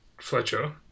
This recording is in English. fletcher